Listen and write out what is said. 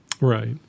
Right